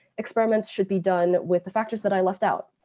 experiments should be done with the factors that i left out,